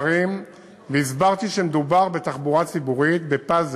הסברתי שבתחבורה ציבורית מדובר בפאזל,